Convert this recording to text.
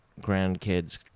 grandkids